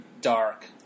dark